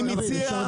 אני מציע,